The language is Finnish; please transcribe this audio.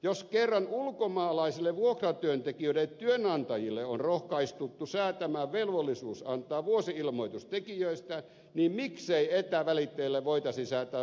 jos kerran ulkomaalaisille vuokratyöntekijöiden työnantajille on rohkaistuttu säätämään velvollisuus antaa vuosi ilmoitus tekijöistään niin miksei etävälittäjille voitaisi säätää vastaavaa velvollisuutta